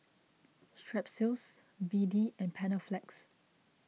Strepsils B D and Panaflex